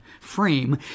frame